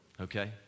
okay